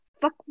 Fuck